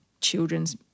children's